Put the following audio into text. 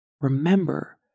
remember